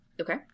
Okay